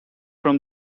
from